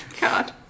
god